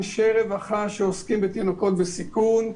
אנשי רווחה שעוסקים בתינוקות בסיכון,